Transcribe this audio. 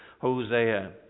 Hosea